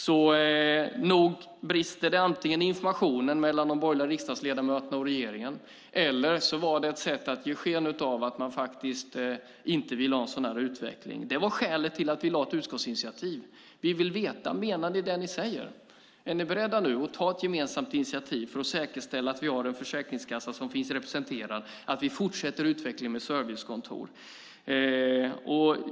Antingen brister det i informationen mellan de borgerliga riksdagsledamöterna och regeringen, eller så var det ett sätt att ge sken av att man faktiskt inte ville ha en sådan här utveckling. Det var skälet till att vi tog ett utskottsinitiativ. Vi ville veta: menar ni det ni säger? Är ni nu beredda att ta ett gemensamt initiativ för att säkerställa att vi har en försäkringskassa som finns representerad och att vi fortsätter utvecklingen med servicekontor?